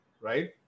right